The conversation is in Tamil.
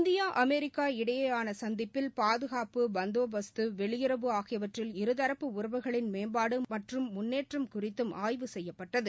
இந்தியா அமெரிக்கா இடையேயானசந்திப்பில் பாதுகாப்பு பந்தோபஸ்து வெளியுறவு ஆகியவற்றில் இருதரப்பு உறவுகளின் மேம்பாடுமற்றும் முன்னேற்றம் குறித்தும்ஆய்வு செய்யப்பட்டது